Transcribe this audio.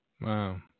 Wow